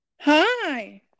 hi